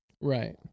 Right